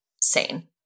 sane